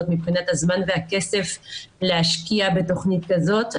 מבחינת הזמן והכסף להשקיע בתוכנית כזאת.